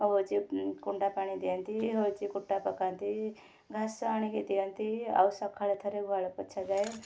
ଆଉ ହେଉଛି କୁଣ୍ଡା ପାଣି ଦିଅନ୍ତି ହେଉଛି କୁଟା ପକାନ୍ତି ଘାସ ଆଣିକି ଦିଅନ୍ତି ଆଉ ସକାଳେ ଥରେ ଗୁହାଳ ପୋଛାଯାଏ